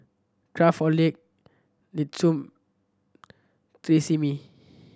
Craftholic Nestum Tresemme